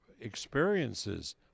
experiences